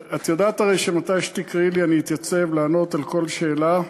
את יודעת הרי שמתי שתקראי לי אני אתייצב לענות על כל שאלה.